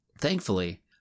thankfully